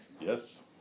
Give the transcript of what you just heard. Yes